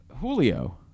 Julio